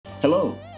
Hello